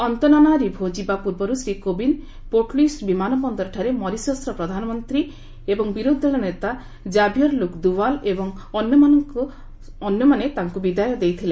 Antananarivo ଯିବା ପୂର୍ବରୁ Shri Kovind Port Louis ବିମାନ ବନ୍ଦରଠାରେ ମରିସସ୍ର ପ୍ରଧାନମନ୍ତ୍ରୀ କୁମାର ଯୁଗନାଥ ବିରୋଧି ଦଳ ନେତା କାଭିୟର୍ ଲୁକ୍ ଦୁଭାଲ୍ ଏବଂ ଅନ୍ୟମାନେ ତାଙ୍କୁ ବିଦାୟ ଦେଇଥିଲେ